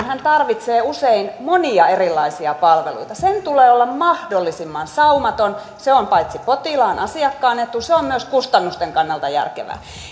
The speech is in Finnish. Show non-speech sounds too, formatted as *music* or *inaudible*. *unintelligible* hän tarvitsee usein monia erilaisia palveluita sen ketjun tulee olla mahdollisimman saumaton paitsi että se on potilaan ja asiakkaan etu se on myös kustannusten kannalta järkevää